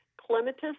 clematis